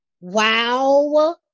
wow